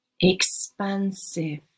expansive